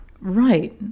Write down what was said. Right